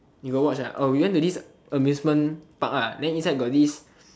you got watch ah oh we went to this amusement park ah then inside got this